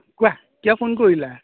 কোৱা কিয় ফোন কৰিলা